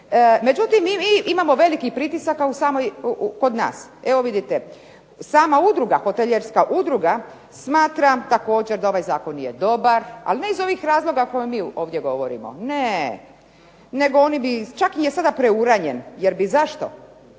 Međutim mi imamo veliki pritisak, samo kod nas. Evo vidite, sama hotelijerska udruga smatra također da ovaj zakon nije dobar, ali ne iz ovih razloga koje mi ovdje govorimo. Ne, nego oni bi, čak im je sada preuranjen, zašto?